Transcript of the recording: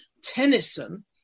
Tennyson